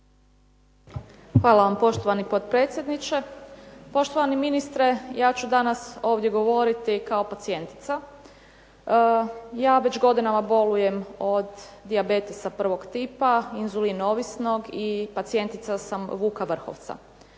Hvala vam poštovani potpredsjedniče. Poštovani ministre ja ću danas ovdje govoriti kao pacijentica. Ja već godinama bolujem od dijabetesa prvog tipa, inzulin ovisnog i pacijentica sam "Vuka Vrhovca".